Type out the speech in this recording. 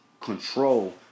control